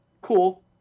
Cool